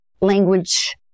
language